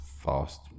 fast